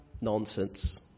nonsense